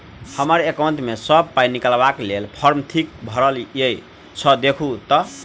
हम्मर एकाउंट मे सऽ पाई निकालबाक लेल फार्म ठीक भरल येई सँ देखू तऽ?